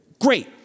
great